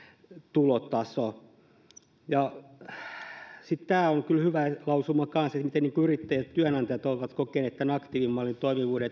tulotaso sitten tämä on kanssa kyllä hyvä lausuma että selvitetään sitä miten yrittäjät ja työnantajat ovat kokeneet tämän aktiivimallin toimivuuden